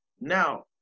Now